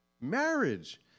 Marriage